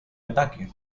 ataque